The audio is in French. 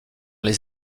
les